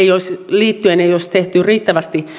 liittyen ei olisi tehty riittävästi